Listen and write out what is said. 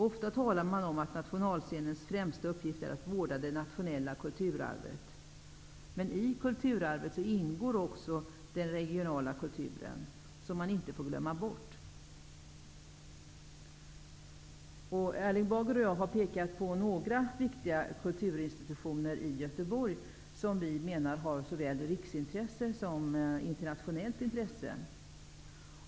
Ofta talar man om att nationalscenens främsta uppgift är att vårda det nationella kulturarvet. Men i kulturarvet ingår också den regionala kulturen, vilket man inte får glömma bort. Erling Bager och jag har pekat på några viktiga kulturinstitutioner i Göteborg som vi menar har såväl riksintresse som internationellt intresse.